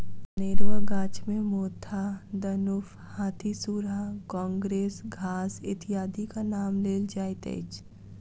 अनेरूआ गाछ मे मोथा, दनुफ, हाथीसुढ़ा, काँग्रेस घास इत्यादिक नाम लेल जाइत अछि